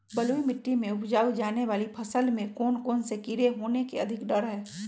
बलुई मिट्टी में उपजाय जाने वाली फसल में कौन कौन से कीड़े होने के अधिक डर हैं?